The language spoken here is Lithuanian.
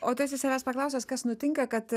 o tu esi savęs paklausęs kas nutinka kad